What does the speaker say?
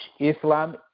Islam